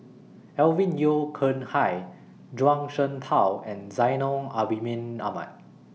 Alvin Yeo Khirn Hai Zhuang Shengtao and Zainal Abidin Ahmad